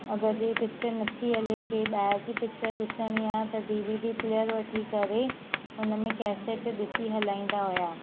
अगरि जे पिक्चर नथी हले की ॿाहिरि जी पिक्चर ॾिसिणी आहे त डी वी डी प्लेअर वठी करे उन में कैसेट ॾिसी हलाईंदा हुआ